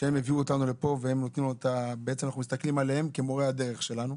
שהם הביאו אותנו לפה ובעצם אנחנו מסתכלים עליהם כמורי הדרך שלנו.